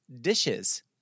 dishes